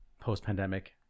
post-pandemic